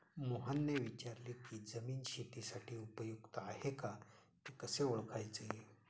मोहनने विचारले की जमीन शेतीसाठी उपयुक्त आहे का ते कसे ओळखायचे?